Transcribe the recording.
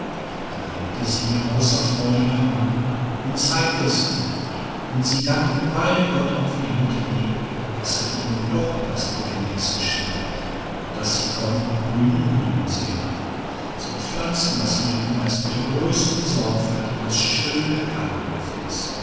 da weckte sie mit großen freuden ihren mann und zeigte es ihm und sie dankten beide gott auf ihren knien daß er ihnen doch etwas lebendiges geschenkt hatte das sie könnten grünen und blühen sehen sie pflanzten das myrtenreis mit der größten sorgfalt in das schöne